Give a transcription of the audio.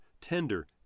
tender